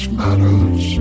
matters